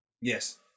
Yes